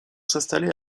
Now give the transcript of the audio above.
s’installer